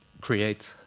create